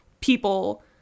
people